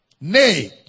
Nay